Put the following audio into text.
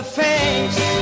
face